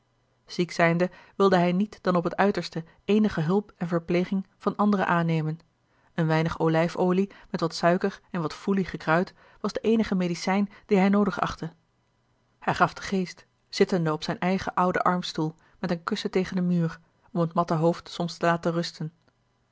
ziek zijnde wilde hij niet dan op het uiterste eenige hulp en verpleging van anderen aannemen een weinig olijf olie met wat suiker en wat foelie gekruid was de eenige medicijn die hij noodig achtte hij gaf den geest zittende op zijn eigen ouden armstoel met een kussen tegen den muur om het matte hoofd soms te laten rusten